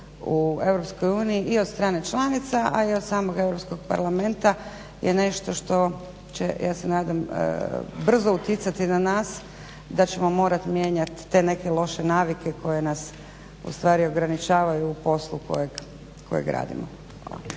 u EU i od strane članica, a i od samog EU parlamenta je nešto što će ja se nadam brzo uticati na nas da ćemo morati mijenjati te neke loše navike koje nas ustvari ograničavaju u poslu kojeg radimo.